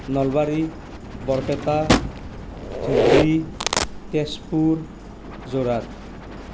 Nalbari Barpeta Dhubri Tezpur Jorhat